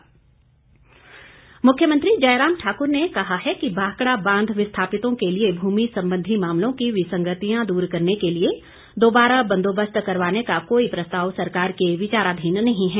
प्रश्नकाल मुख्यमंत्री जयराम ठाक्र ने कहा है कि भाखड़ा बांध विस्थापितों के लिए भूमि संबंधी मामलों की विसंगतियां दूर करने के लिए दोबारा बंदोबस्त करवाने का कोई प्रस्ताव सरकार के विचाराधीन नहीं है